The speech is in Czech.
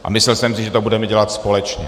A myslel jsem si, že to budeme dělat společně.